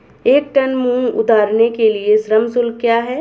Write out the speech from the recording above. एक टन मूंग उतारने के लिए श्रम शुल्क क्या है?